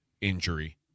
injury